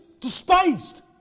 despised